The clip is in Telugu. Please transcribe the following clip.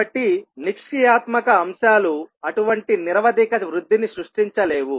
కాబట్టి నిష్క్రియాత్మక అంశాలు అటువంటి నిరవధిక వృద్ధిని సృష్టించలేవు